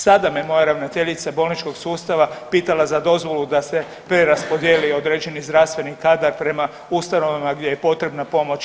Sada me moja ravnateljica bolničkog sustava pitala za dozvolu da se preraspodijeli određen zdravstveni kadar prema ustanovama gdje je potrebna pomoć.